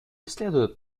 следует